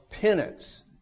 penance